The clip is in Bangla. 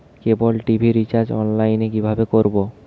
কেবল টি.ভি রিচার্জ অনলাইন এ কিভাবে করব?